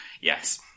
Yes